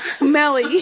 Melly